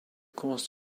caused